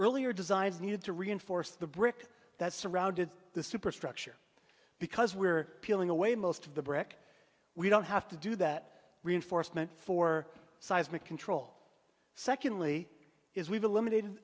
earlier designs needed to reinforce the brick that surrounded the superstructure because we're peeling away most of the brick we don't have to do that reinforcement for seismic control secondly is we've eliminated